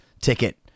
ticket